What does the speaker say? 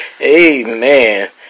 Amen